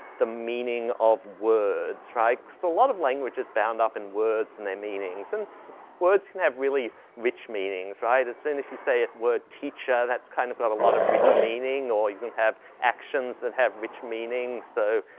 the meaning of words, right? so, a lot of language is bound up in words and their meanings and words can have really rich meanings, right? as soon as you say a word teacher, that's kinda quite a lot of rich meaning or you can have actions that have rich meaning. so,